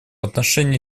отношении